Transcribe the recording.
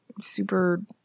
super